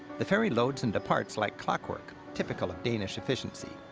the ferry loads and departs like clockwork, typical of danish efficiency,